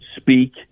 speak